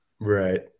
Right